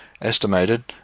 estimated